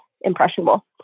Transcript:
impressionable